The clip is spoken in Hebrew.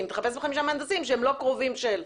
תחפש מהנדסים שהם לא קרובים של מישהו.